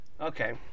Okay